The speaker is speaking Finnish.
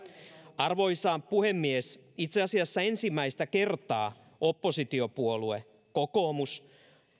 arvoisa puhemies itse asiassa ensimmäistä kertaa oppositiopuolue kokoomus